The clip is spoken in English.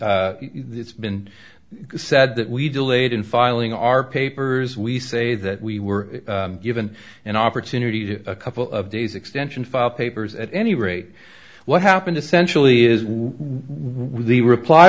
and it's been said that we delayed in filing our papers we say that we were given an opportunity to a couple of days extension filed papers at any rate what happened essentially is no was the reply